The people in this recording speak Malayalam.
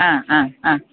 ആ ആ ആ